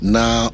Now